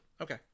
Okay